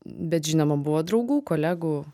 bet žinoma buvo draugų kolegų